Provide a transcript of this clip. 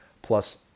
Plus